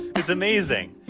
it's amazing.